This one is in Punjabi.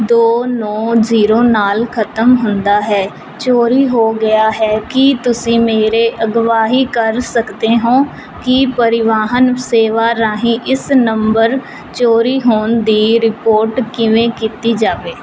ਦੋ ਨੌਂ ਜੀਰੋ ਨਾਲ ਖਤਮ ਹੁੰਦਾ ਹੈ ਚੋਰੀ ਹੋ ਗਿਆ ਹੈ ਕੀ ਤੁਸੀਂ ਮੇਰੇ ਅਗਵਾਹੀ ਕਰ ਸਕਦੇ ਹੋਂ ਕੀ ਪਰਿਵਾਹਨ ਸੇਵਾ ਰਾਹੀਂ ਇਸ ਨੰਬਰ ਚੋਰੀ ਹੋਣ ਦੀ ਰਿਪੋਰਟ ਕਿਵੇਂ ਕੀਤੀ ਜਾਵੇ